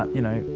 you know,